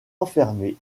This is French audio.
enfermé